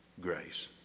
grace